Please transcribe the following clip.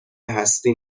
هستی